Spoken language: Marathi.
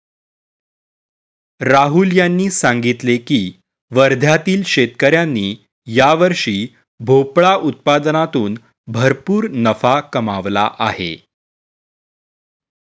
राहुल यांनी सांगितले की वर्ध्यातील शेतकऱ्यांनी यावर्षी भोपळा उत्पादनातून भरपूर नफा कमावला आहे